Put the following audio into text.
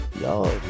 y'all